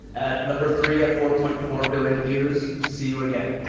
at number three, at four point four billion views, see you again.